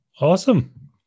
Awesome